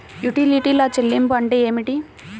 యుటిలిటీల చెల్లింపు అంటే ఏమిటి?